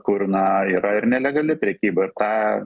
kur na yra ir nelegali prekyba ir tą